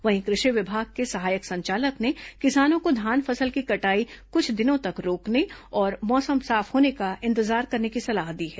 वहीं कृषि विभाग के सहायक संचालक ने किसानों को धान फसल की कटाई कुछ दिनों तक रोकने और मौसम साफ होने का इंतजार करने की सलाह दी है